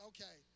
Okay